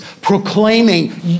proclaiming